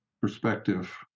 perspective